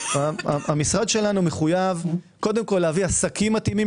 המשרד שלנו מחויב קודם כל להביא עסקים מתאימים